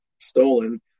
stolen